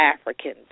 African